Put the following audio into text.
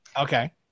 Okay